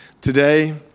today